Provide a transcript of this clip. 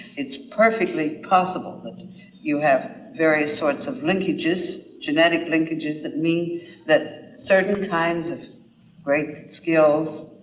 it's perfectly possible that you have various sorts of linkages, genetic linkages that mean that certain kinds of great skills,